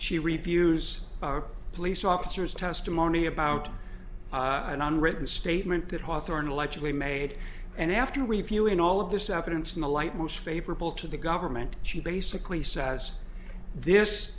she reviews police officers testimony about an unwritten statement that hawthorne allegedly made and after reviewing all of this evidence in the light most favorable to the government she basically says this